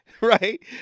right